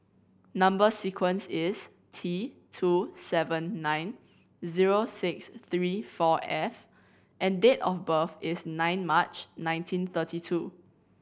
number sequence is T two seven nine zero six three four F and date of birth is nine March nineteen thirty two